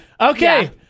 Okay